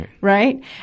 Right